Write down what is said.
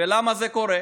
ולמה זה קורה?